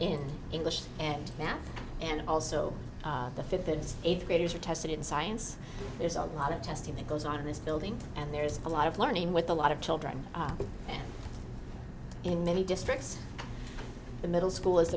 in english and math and also the fifth and eighth graders are tested in science there's a lot of testing that goes on in this building and there's a lot of learning with a lot of children and in many districts the middle school i